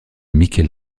michel